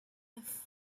neuf